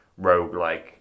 roguelike